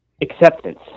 acceptance